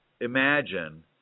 Imagine